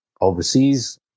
overseas